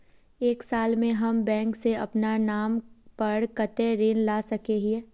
एक साल में हम बैंक से अपना नाम पर कते ऋण ला सके हिय?